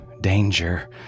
Danger